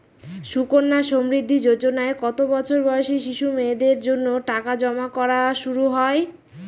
সুকন্যা সমৃদ্ধি যোজনায় কত বছর বয়সী শিশু মেয়েদের জন্য টাকা জমা করা শুরু হয়?